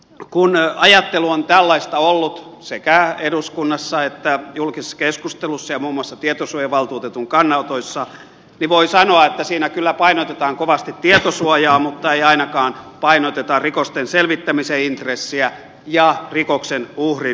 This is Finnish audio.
kun ajattelu on tällaista ollut sekä eduskunnassa että julkisessa keskustelussa ja muun muassa tietosuojavaltuutetun kannanotoissa niin voi sanoa että siinä kyllä painotetaan kovasti tietosuojaa mutta ei ainakaan painoteta rikosten selvittämisen intressiä ja rikoksen uhrin näkökulmaa